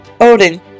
odin